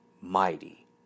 mighty